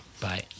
bye